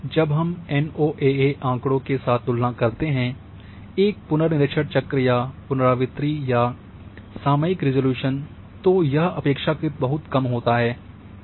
इसलिए जब हम एनओएए आँकड़ों के साथ तुलना करते हैं एक पुनर्निरीक्षण चक्र या पुनरावृत्ति या सामयिक रिज़ॉल्यूशन तो यह अपेक्षाकृत बहुत कम होता है